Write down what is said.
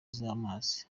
z’amazi